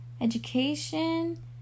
Education